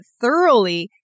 thoroughly